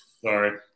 Sorry